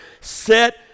set